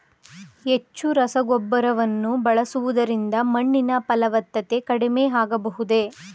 ಹೆಚ್ಚು ರಸಗೊಬ್ಬರವನ್ನು ಬಳಸುವುದರಿಂದ ಮಣ್ಣಿನ ಫಲವತ್ತತೆ ಕಡಿಮೆ ಆಗಬಹುದೇ?